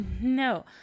No